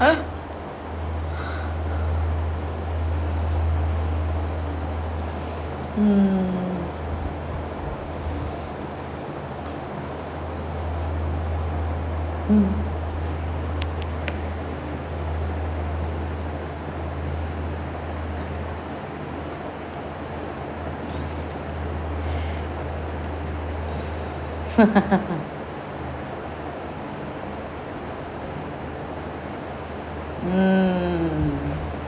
mm mm mm